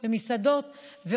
מסעדות,